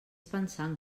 pensant